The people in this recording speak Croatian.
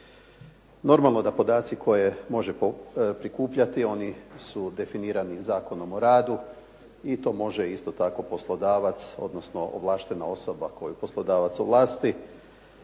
Normalno da podaci koje može prikupljati oni su definirani Zakonom o radu i to može isto tako poslodavac, odnosno ovlaštena osoba koju poslodavac ovlasti